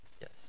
Yes